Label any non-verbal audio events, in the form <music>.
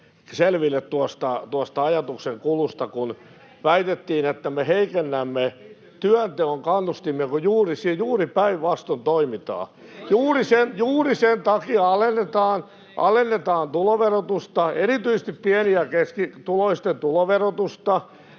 selville tuosta ajatuksenkulusta, kun väitettiin, että me heikennämme työnteon kannustimia, vaikka juuri päinvastoin toimitaan. <noise> Juuri sen takia alennetaan tuloverotusta, erityisesti pieni- ja keskituloisten tuloverotusta.